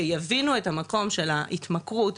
שיבינו את המקום של ההתמכרות,